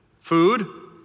food